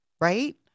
right